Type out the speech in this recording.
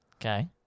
okay